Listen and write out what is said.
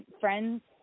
friends